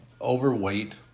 overweight